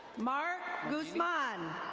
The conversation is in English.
mark guzman.